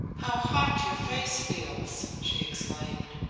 how hot your face feels, she exclaimed.